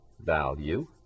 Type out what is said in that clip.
value